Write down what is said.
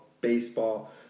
baseball